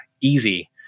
easy